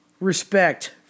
respect